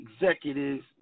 executives